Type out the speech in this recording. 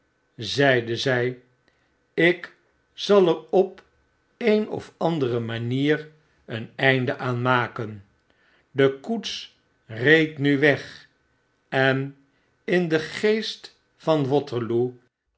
zeide zij ik zal er op een of andeire manier een einde aan maken de koets reed nu weg en in den geest van waterloo